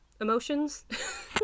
Emotions